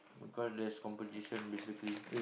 because there's competition basically